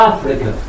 Africa